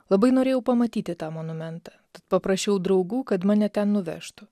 labai norėjau pamatyti tą monumentą paprašiau draugų kad mane ten nuvežtų